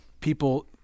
people –